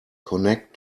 connect